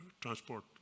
transport